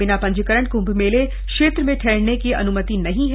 बिना पंजीकरण क्म्भ मेला क्षेत्र में ठहरने की अनुमति नहीं है